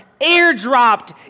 airdropped